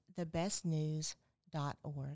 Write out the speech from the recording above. thebestnews.org